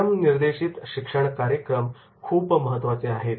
स्वयम् निर्देशीत शिक्षण कार्यक्रम खूपच महत्त्वाचे आहेत